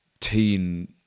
teen